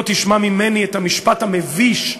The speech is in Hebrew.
לא תשמע ממני את המשפט המביש: